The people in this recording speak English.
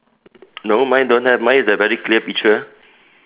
no mine don't have mine is a very clear picture